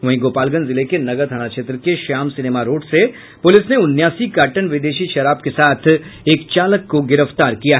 वहीं गोपालगंज जिले के नगर थाना क्षेत्र के श्याम सिनेमा रोड से पुलिस ने उनासी कार्टन विदेशी शराब के साथ एक चालक को गिरफ्तार कर लिया